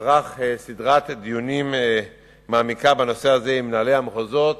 ערך סדרת דיונים מעמיקה בנושא הזה עם מנהלי המחוזות